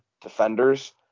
defenders